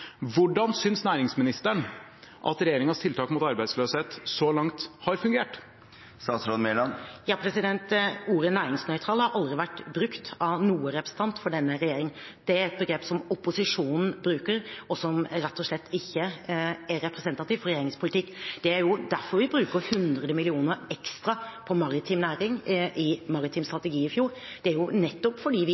Hvordan synes næringsministeren at regjeringens tiltak mot arbeidsløshet så langt har fungert? Ordet «næringsnøytral» har aldri vært brukt av noen representant for denne regjeringen. Det er et begrep som opposisjonen bruker, og som rett og slett ikke er representativt for regjeringens politikk. Det er derfor vi bruker 100 mill. kr ekstra på maritim næring i den maritime strategien, som ble lagt fram i fjor. Det skjer nettopp fordi vi